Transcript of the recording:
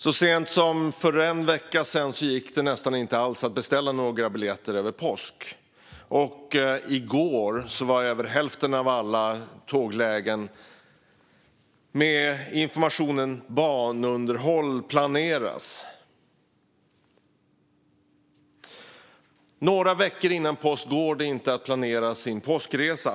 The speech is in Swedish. Så sent som för en vecka sedan gick det nästan inte alls att beställa några biljetter över påsk. Och i går gavs för hälften av alla tåglägen informationen "banunderhåll planeras". Några veckor före påsk går det inte att planera sin påskresa.